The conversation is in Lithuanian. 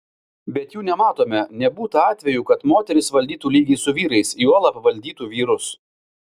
bet jų nematome nebūta atvejų kad moterys valdytų lygiai su vyrais juolab valdytų vyrus